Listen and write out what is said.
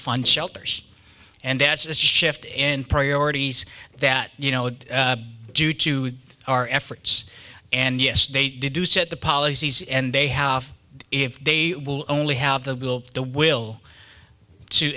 fund shelters and that's the shift in priorities that you know due to our efforts and yesterday to do set the policies and they have if they will only have the will the will to